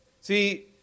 See